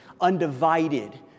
undivided